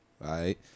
Right